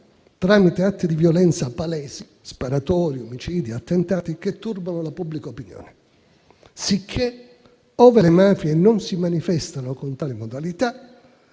tramite atti di violenza palesi (sparatorie, omicidi e attentati) che turbano la pubblica opinione. Sicché, ove le mafie non si manifestino con tale modalità,